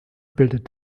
bildet